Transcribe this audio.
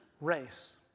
race